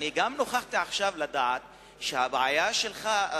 אני גם נוכחתי לדעת עכשיו שהבעיה שלך,